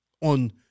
on